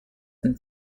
and